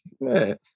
man